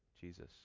Jesus